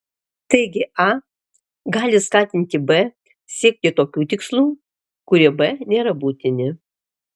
taigi a gali skatinti b siekti tokių tikslų kurie b nėra būtini